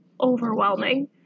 overwhelming